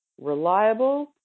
reliable